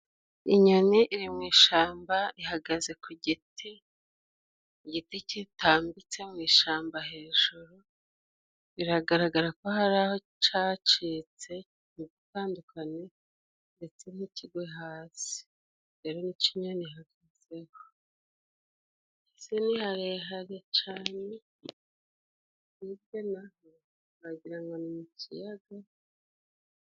Inyoni iri mu ishamba ihagaze ku giti, igiti kitambitse mu ishamba hejuru, biragaragara ko hari aho cacitse ntigitandukane ndetse ntikigwe hasi rero nico inyoni ihagazeho, hasi ni harehare cane kugitema wagira ngo ni mu kiyaga.